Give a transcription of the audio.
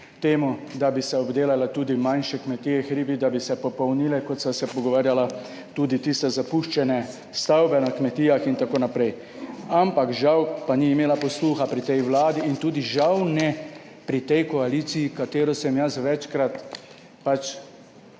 temu, da bi se obdelale tudi manjše kmetije, hribi, da bi se popolnile, kot sva se pogovarjala, tudi tiste zapuščene stavbe na kmetijah in tako naprej, ampak žal pa ni imela posluha pri tej Vladi in tudi žal ne pri tej koaliciji, katero sem jaz večkrat že